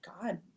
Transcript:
God